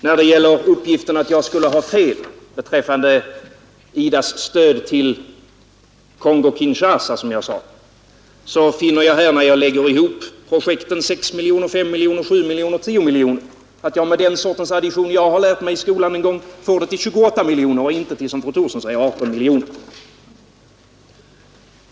När det gäller uppgiften att jag skulle ha fel beträffande IDA: stöd till Kongo-Kinshasa, som jag sade, finner jag, då jag lägger ihop projekten 6 miljoner, 5 miljoner, 7 miljoner och 10 miljoner att jag, med den sorts addition jag har lärt mig i skolan en gång, får 28 miljoner och inte, som fru Thorsson säger, 18 miljoner.